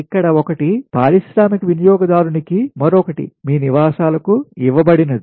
ఇక్కడ ఒకటి పారిశ్రామిక వినియోగదారునికిమరొకటి మీ నివాసాలకు ఇవ్వ బడినది